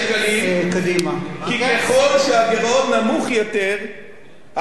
כי ככל שהגירעון נמוך יותר הפער בהכנסות גדול יותר,